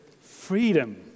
Freedom